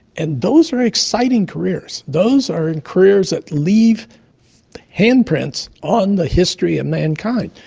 and those are exciting careers, those are and careers that leave handprints on the history of mankind.